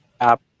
App